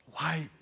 Light